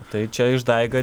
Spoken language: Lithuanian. o tai čia išdaiga didžiulė